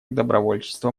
добровольчество